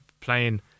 playing